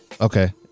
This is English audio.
Okay